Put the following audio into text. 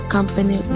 Company